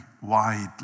widely